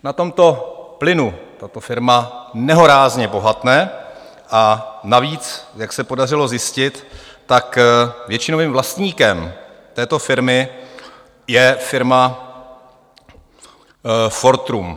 Na tomto plynu tato firma nehorázně bohatne, a navíc jak se podařilo zjistit, většinovým vlastníkem této firmy je firma Fortrum.